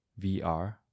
VR